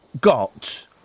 got